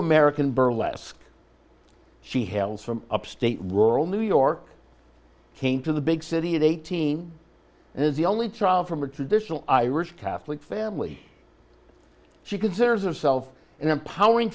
american burlesque she hails from upstate rural new york came to the big city at eighteen and is the only child from a traditional irish catholic family she considers herself and empowering